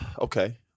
Okay